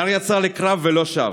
הדר יצא לקרב ולא שב.